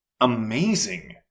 amazing